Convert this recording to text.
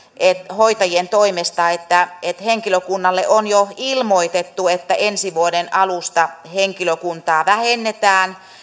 hoitajien toimesta että henkilökunnalle on jo ilmoitettu että ensi vuoden alusta henkilökuntaa vähennetään